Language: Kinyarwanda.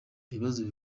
ibibazo